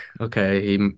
okay